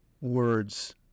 words